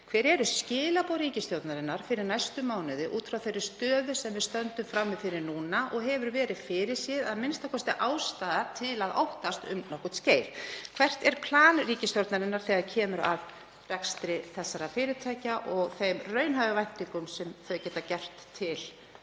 Hver eru skilaboð ríkisstjórnarinnar fyrir næstu mánuði út frá þeirri stöðu sem við stöndum frammi fyrir núna og hefur verið fyrirséð eða a.m.k. ástæða til að óttast um nokkurt skeið? Hvert er plan ríkisstjórnarinnar þegar kemur að rekstri þessara fyrirtækja og þeim raunhæfum væntingum sem þau geta haft til